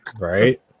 right